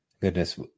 Goodness